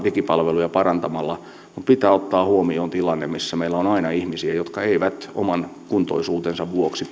digipalveluja parantamalla mutta pitää ottaa huomioon tilanne missä meillä on aina ihmisiä jotka eivät oman kuntoisuutensa vuoksi